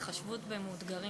התחשבות במאותגרים,